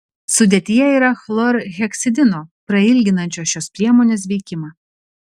sudėtyje yra chlorheksidino prailginančio šios priemonės veikimą